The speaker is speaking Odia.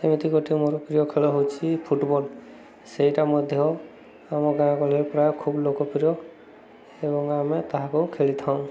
ଏମିତି ଗୋଟେ ମୋର ପ୍ରିୟ ଖେଳ ହେଉଛି ଫୁଟ୍ବଲ୍ ସେଇଟା ମଧ୍ୟ ଆମ ଗାଁ ଗହଳିରେ ପ୍ରାୟ ଖୁବ୍ ଲୋକପ୍ରିୟ ଏବଂ ଆମେ ତାହାକୁ ଖେଳିଥାଉ